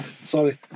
sorry